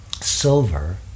silver